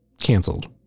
canceled